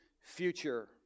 future